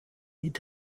mit